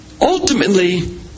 Ultimately